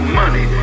money